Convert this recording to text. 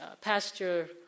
pasture